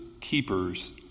keepers